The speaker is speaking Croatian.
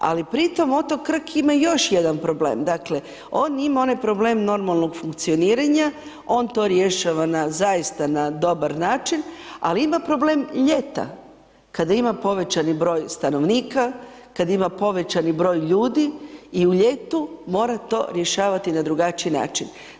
Ali pri tom, otok Krk ima još jedan problem, dakle, on ima onaj problem normalnog funkcioniranja, on to rješava na zaista na dobar način, ali ima problem ljeta kada ima povećani broj stanovnika, kada ima povećani broj ljudi i u ljetu mora to rješavati na drugačiji način.